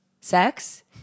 Sex